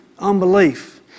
unbelief